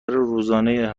روزانه